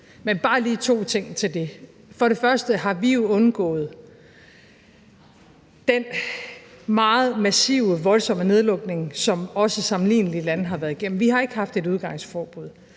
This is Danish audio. vil bare lige sige to ting til det. Vi har jo undgået den meget massive og voldsomme nedlukning, som sammenlignelige lande har været igennem; vi har ikke haft et udgangsforbud;